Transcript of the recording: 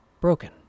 broken